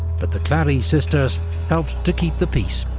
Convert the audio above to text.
but the clary sisters helped to keep the peace.